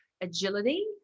agility